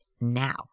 now